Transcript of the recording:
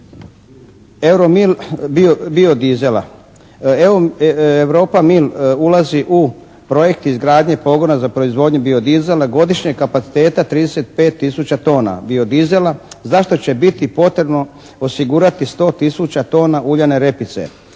Euro-mil bio-diesela. Europa-mil ulazi u projekt izgradnje pogona za proizvodnju bio-diesela godišnjeg kapaciteta 35 tisuća tona bio-diesela za što će biti potrebno osigurati 100 tisuća tona uljane repice